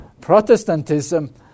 Protestantism